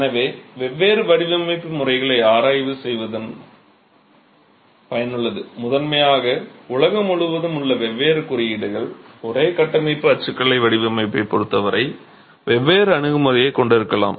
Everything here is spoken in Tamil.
எனவே வெவ்வேறு வடிவமைப்பு முறைகளை ஆய்வு செய்வது பயனுள்ளது முதன்மையாக உலகம் முழுவதும் உள்ள வெவ்வேறு குறியீடுகள் ஒரே கட்டமைப்பு அச்சுக்கலை வடிவமைப்பைப் பொருத்தவரை வெவ்வேறு அணுகுமுறைகளைக் கொண்டிருக்கலாம்